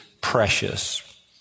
precious